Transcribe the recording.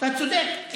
אתה צודק.